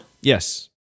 Yes